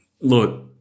look